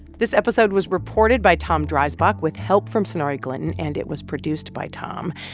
this episode was reported by tom dreisbach with help from sonari glinton. and it was produced by tom.